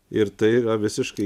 ir tai yra visiškai